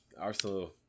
Arsenal